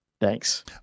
Thanks